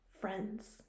friends